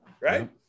right